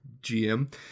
GM